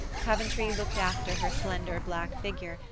coventry looked after her slender black figure,